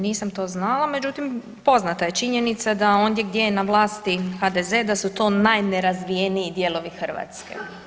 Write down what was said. Ne, nisam to znala, međutim, poznata je činjenica da ondje gdje je na vlasti HDZ, da su to najnerazvijeniji dijelovi Hrvatske.